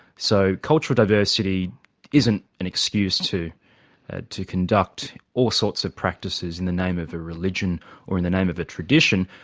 so cultural diversity isn't an excuse to ah to conduct all sorts of practises in the name of the ah religion or in the name of a tradition.